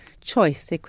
choice